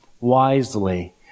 wisely